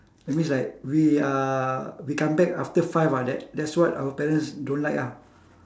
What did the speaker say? that means like we uh we come back after five ah that that's what our parents don't like ah